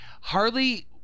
Harley